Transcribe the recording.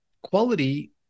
quality